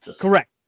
Correct